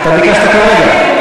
אתה ביקשת כרגע.